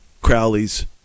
Crowley's